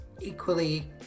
equally